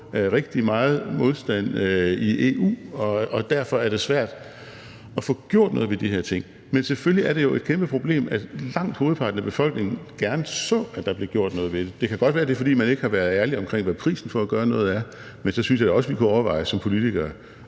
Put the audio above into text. rigtig meget modstand i EU, og at det derfor er svært at få gjort noget ved de her ting. Men selvfølgelig er det jo et kæmpeproblem, når langt hovedparten af befolkningen gerne så, at der blev gjort noget ved det. Det kan godt være, at det er, fordi man ikke har været ærlig om, hvad prisen for at gøre noget er, men så synes jeg da også, at vi som politikere